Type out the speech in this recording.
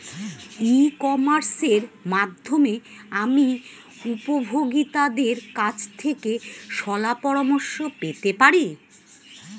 ই কমার্সের মাধ্যমে আমি উপভোগতাদের কাছ থেকে শলাপরামর্শ পেতে পারি?